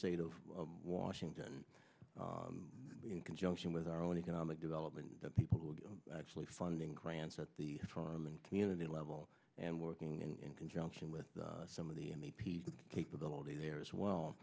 state of washington in conjunction with our own economic development people who are actually funding grants at the farming community level and working in conjunction with some of the peace capability there as well